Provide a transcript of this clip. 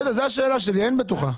בסדר, זאת השאלה שלי, אין בטוחה.